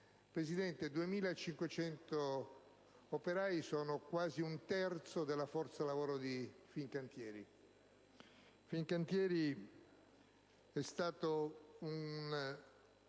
Presidente, 2.500 operai sono quasi un terzo della forza lavoro della Fincantieri. Fincantieri ha